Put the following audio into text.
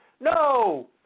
No